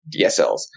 DSLs